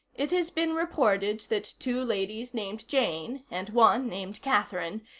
it has been reported that two ladies named jane, and one named catherine,